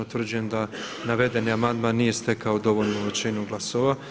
Utvrđujem da navedeni amandman nije stekao dovoljnu većinu glasova.